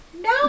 No